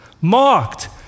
mocked